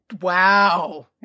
Wow